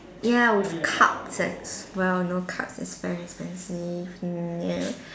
ya with cups as well no cups is very expensive mm you know